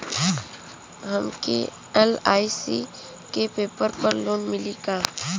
हमके एल.आई.सी के पेपर पर लोन मिली का?